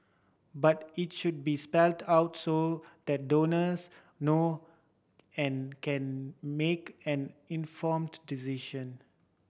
but it should be spelled out so that donors know and can make an informed decision